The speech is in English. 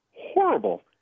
horrible